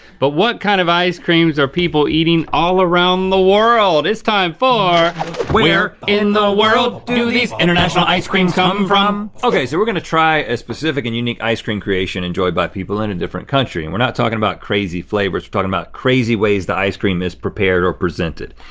but what kind of ice creams are people eating all around the world? it's time for where in the world do these international ice creams come from? okay so we're gonna try a specific and unique ice cream creation enjoyed by people in a different country. we're not talking about crazy flavors. we're talking about crazy ways the ice cream is prepared or presented.